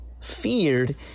feared